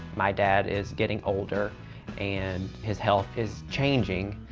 my dad is getting older and his health is changing.